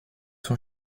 son